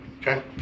Okay